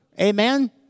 Amen